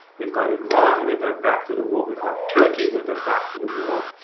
we've got iran with their back to the wall. we've got turkey with their back to the wall.